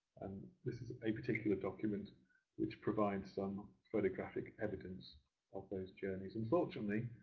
this is a particular document which provides some photograph like evidence of those journeys. unfortunately,